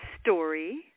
story